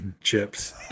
Chips